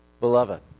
Beloved